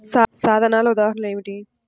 సాధనాల ఉదాహరణలు ఏమిటీ?